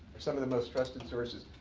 are some of the most trusted sources,